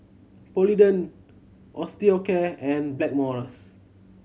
Polident Osteocare and Blackmores